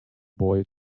boy